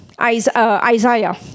Isaiah